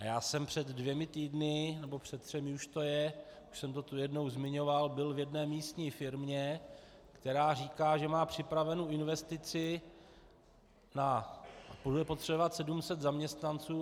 Já jsem asi před dvěma týdny, nebo před třemi, už jsem to tu jednou zmiňoval, byl v jedné místní firmě, která říká, že má připravenu investici a bude potřebovat 700 zaměstnanců.